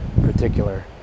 particular